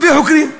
וחוקרים.